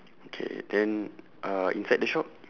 okay then uh inside the shop